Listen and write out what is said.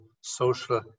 social